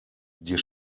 dir